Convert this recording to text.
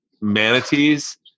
manatees